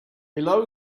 below